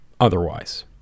otherwise